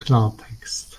klartext